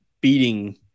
beating